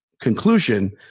conclusion